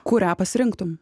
kurią pasirinktumei